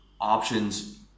options